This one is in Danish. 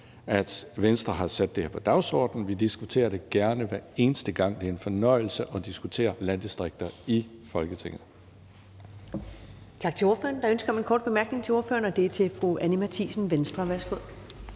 at Venstre har sat det her på dagsordenen. Vi diskuterer det gerne hver eneste gang. Det er en fornøjelse at diskutere landdistrikter i Folketinget.